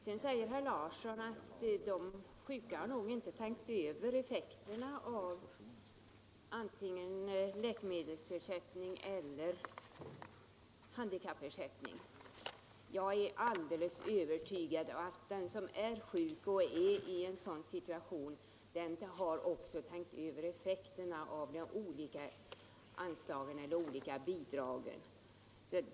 Vidare sade herr Larsson att dessa sjuka nog inte tänkt över effekterna av utgående läkemedelsersättning eller handikappersättning. Jag är alldeles övertygad om att den som befinner sig i den situation som dessa sjuka gör också har tänkt över effekterna av olika bidrag.